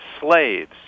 Slaves